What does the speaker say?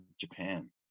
Japan